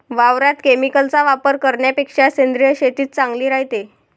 वावरात केमिकलचा वापर करन्यापेक्षा सेंद्रिय शेतीच चांगली रायते